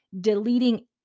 deleting